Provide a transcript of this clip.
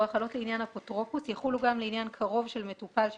החלות לעניין אפוטרופוס יחולו גם לעניין קרוב של מטופל שנפטר,